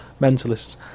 mentalists